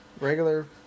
regular